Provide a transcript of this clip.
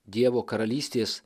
dievo karalystės